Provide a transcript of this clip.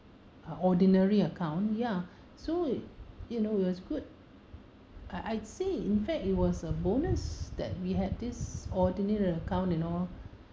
uh ordinary account ya so you know it was good I I'd say in fact it was a bonus that we had this ordinary account you know